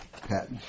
patent